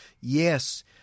Yes